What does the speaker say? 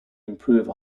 improve